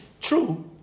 true